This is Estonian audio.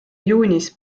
juunis